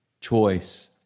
choice